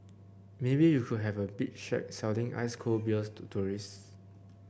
maybe you could have a beach shack selling ice cold beers to tourists